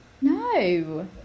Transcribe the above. No